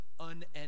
Unending